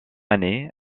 année